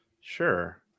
Sure